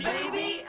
Baby